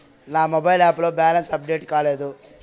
నా mobile app లో balance update కాలేదు